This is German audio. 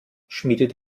schmiedet